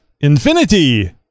infinity